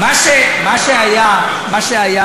וראש הממשלה, מה את אומרת?